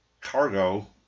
cargo